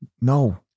No